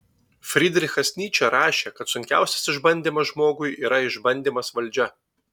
frydrichas nyčė rašė kad sunkiausias išbandymas žmogui yra išbandymas valdžia